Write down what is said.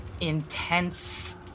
intense